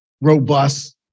robust